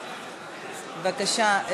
בבקשה.